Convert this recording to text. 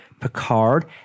Picard